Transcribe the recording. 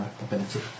Ability